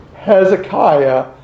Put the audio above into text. Hezekiah